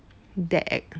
that act